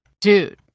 dude